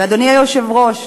אדוני היושב-ראש,